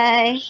Bye